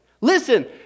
Listen